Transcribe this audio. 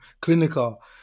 clinical